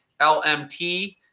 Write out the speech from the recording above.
LMT